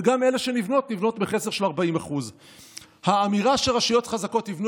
וגם אלה שנבנות נבנות בחסר של 40%. האמירה שרשויות חזקות יבנו